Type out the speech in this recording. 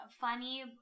funny